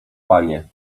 panie